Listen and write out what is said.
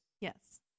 yes